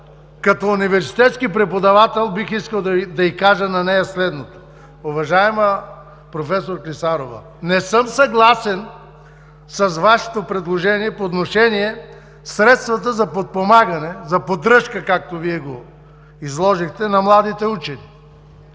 като университетски преподавател бих искал да й кажа следното. Уважаема професор Клисарова, не съм съгласен с Вашето предложение по отношение средствата за подпомагане, за поддръжка, както Вие го изложихте, на младите учени.